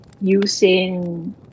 using